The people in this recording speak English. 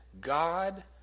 God